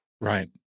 Right